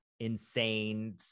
insane